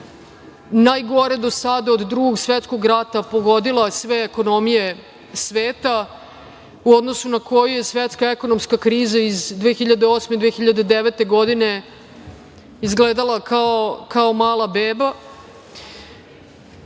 najgore do sada od Drugog svetskog rata pogodila sve ekonomije sveta u odnosu koju je svetska ekonomska kriza iz 2008. i 2009. godine izgledala kao mala beba